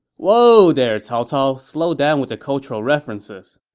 whoa there, cao cao. slow down with the cultural references!